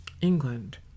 England